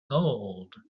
gold